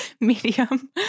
medium